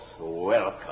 welcome